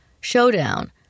showdown